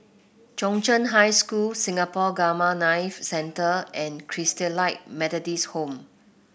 Chung Cheng High School Singapore Gamma Knife Centre and Christalite Methodist Home